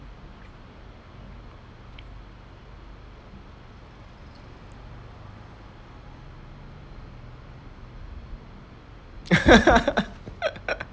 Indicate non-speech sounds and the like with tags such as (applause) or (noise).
(laughs)